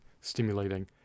stimulating